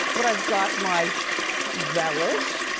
but i've got my relish,